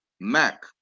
Mac